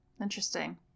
Interesting